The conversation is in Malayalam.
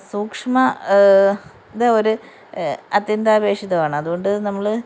സൂക്ഷ്മ ഇത് ഒരു അത്യന്താപേക്ഷിതമാണ് അതുകൊണ്ട് നമ്മൾ